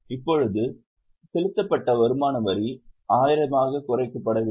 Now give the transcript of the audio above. இப்போது செலுத்தப்பட்ட வருமான வரி 1000 ஆகக் குறைக்கப்பட வேண்டும்